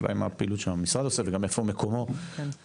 השאלה היא מה הפעילות שהמשרד עושה וגם איפה מקומו בעניין.